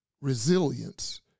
resilience